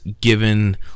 given